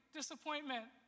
disappointment